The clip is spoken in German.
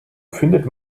findet